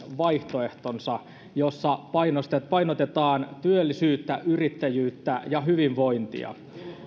vaihtoehtonsa jossa painotetaan työllisyyttä yrittäjyyttä ja hyvinvointia